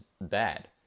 bad